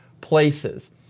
places